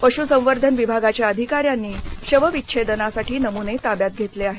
पशु संवर्धन विभागाच्या अधिकाऱ्यांनी शवविच्छेदनासाठी नमुने ताब्यात घेतले आहेत